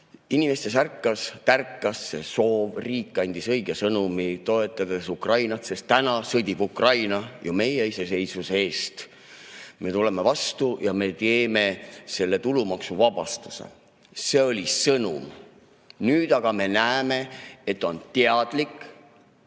Inimestes ärkas-tärkas see [aitamise] soov, riik andis õige sõnumi, toetades Ukrainat, sest täna sõdib Ukraina ju meie iseseisvuse eest.Me tuleme vastu ja me teeme selle tulumaksuvabastuse. See oli sõnum. Nüüd aga me näeme, et on teadlik